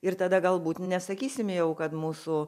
ir tada galbūt nesakysim jau kad mūsų